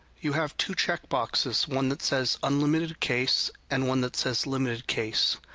you have two checkboxes one that says unlimited case and one that says limited case.